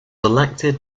elected